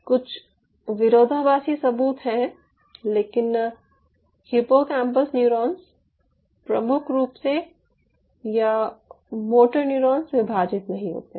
कुछ विरोधाभासी सबूत हैं लेकिन हिप्पोकैम्पस न्यूरॉन्स प्रमुख रूप से या मोटर न्यूरॉन्स विभाजित नहीं होते हैं